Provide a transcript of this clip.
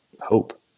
hope